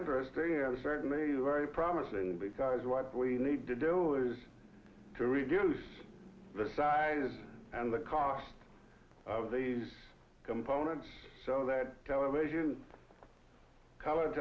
interesting and certainly very promising because what we need to do is to reduce the size and the cost of these components so that television color